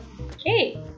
Okay